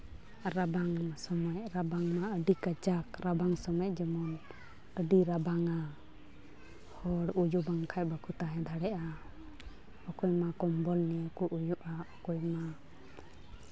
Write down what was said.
ᱨᱟᱵᱟᱝ ᱥᱚᱢᱚᱭ ᱨᱟᱵᱟᱝ ᱢᱟ ᱟᱹᱰᱤ ᱠᱟᱡᱟᱠ ᱨᱟᱵᱟᱝ ᱥᱚᱢᱚᱩ ᱡᱮᱢᱚᱱ ᱟᱹᱰᱤ ᱨᱟᱵᱟᱝ ᱟ ᱦᱚᱲ ᱩᱭᱩ ᱵᱟᱝᱠᱷᱟᱡ ᱵᱟᱠᱚ ᱛᱟᱦᱮᱸ ᱫᱟᱲᱮᱭᱟᱜᱼᱟ ᱚᱠᱚᱭ ᱢᱟ ᱠᱚᱢᱵᱚᱞ ᱱᱤᱭᱮ ᱠᱚ ᱩᱭᱩᱜᱼᱟ ᱚᱠᱚᱭ ᱢᱟ